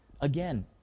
Again